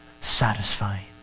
satisfying